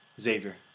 Xavier